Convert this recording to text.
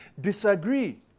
disagree